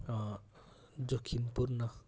जोखिमपूर्ण